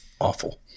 Awful